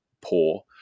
poor